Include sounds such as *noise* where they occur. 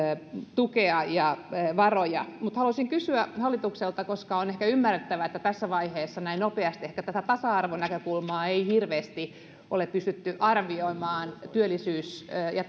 tukea ja varoja haluaisin kysyä hallitukselta on ehkä ymmärrettävää että tässä vaiheessa näin nopeasti ehkä tasa arvonäkökulmaa ei hirveästi ole pystytty arvioimaan työllisyys ja *unintelligible*